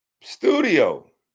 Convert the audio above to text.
studio